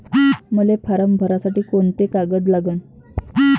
मले फारम भरासाठी कोंते कागद लागन?